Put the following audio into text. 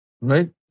Right